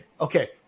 okay